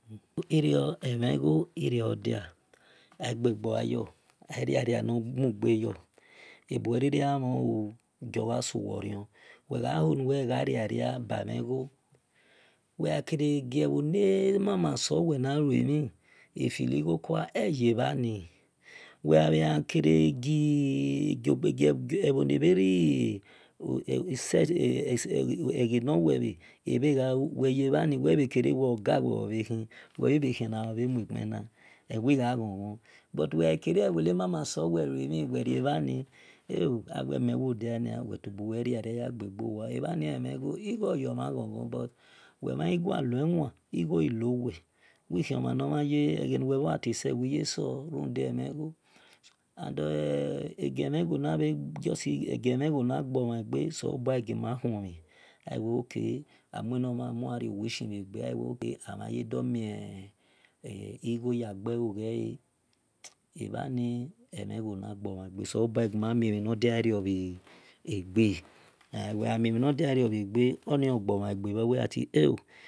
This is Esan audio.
Irio emhe gho irio dia agbey gua yor aila ria nor bugbe yor ebu wil riri gba mhon oo gio gba su wor rion wegba ria ria bambhen gho wel ghu kere dagho ebho ne mama sowel ba luemhi efili gho kua eye bhani wel gba kere egu wel gba ke de ibiwa lu wel bhor bhe se bhani wel bhe kere oga wel bho bhe khi bho ghi bhe khie na ghi mue kpen aa bhe gha gho igho wel gha kere eneso we ghalue mhi wel khian wel gha sel bhani wel kede efili gho kual eghini wel gha ria ria igho o yor mhan gho igho but uhel mhan lue wan igho ghi luo wel wil khon mhen eghe nu wel gha tay sel wil ye sor amie enomhan amue gha rio wi simhieghe amhan ye mi gho ya gbelo ghe ebhani ona gbo mhan gbe se no bua e gima miehi nor diamo bhe gbe wel gha mio mhi nor diario wel gbe oni o gbo mhan gbe bhor egheni wel gha tie e o.